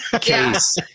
case